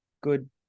good